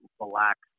relax